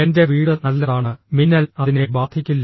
എൻ്റെ വീട് നല്ലതാണ് മിന്നൽ അതിനെ ബാധിക്കില്ല